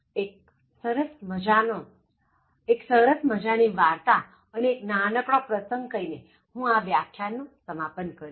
એક સરસ મજાની વાર્તા અને એક નાનકડો પ્રસંગ કહીને હું આ વ્યાખ્યાન નું સમાપન કરીશ